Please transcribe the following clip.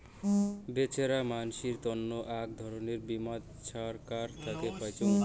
বেছেরা মানসির তন্ন আক ধরণের বীমা ছরকার থাকে পাইচুঙ